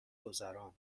گذراند